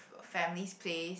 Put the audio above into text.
family's place